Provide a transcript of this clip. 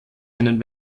einen